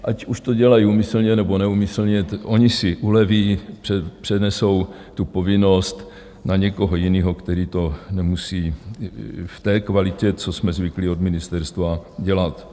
Ať už to dělají úmyslně, nebo neúmyslně, oni si uleví, přenesou tu povinnost na někoho jiného, který to nemusí v té kvalitě, co jsme zvyklí od ministerstva, dělat.